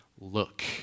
look